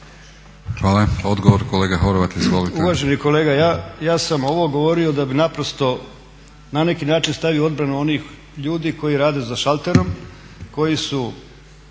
Hvala. Odgovor kolega Horvat, izvolite.